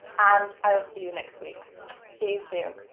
and i will see you next week see you soon.